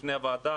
בפני הוועדה